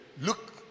look